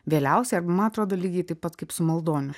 vėliausiai ir ma atrodo lygiai taip pat kaip su maldoniu